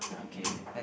okay